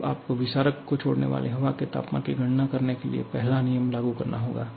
अब आपको विसारक को छोड़ने वाली हवा के तापमान की गणना करने के लिए पहला नियम लागू करना होगा